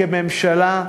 כממשלה,